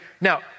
Now